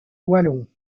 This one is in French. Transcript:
wallons